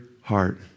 heart